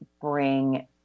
bring